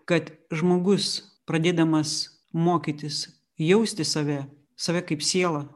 kad žmogus pradėdamas mokytis jausti save save kaip sielą